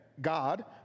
God